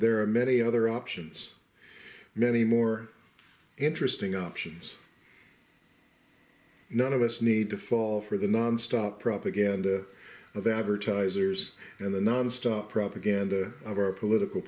there are many other options many more interesting options none of us need to fall for the nonstop propaganda of advertisers and the nonstop propaganda of our political